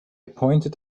pointed